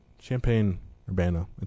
Champaign-Urbana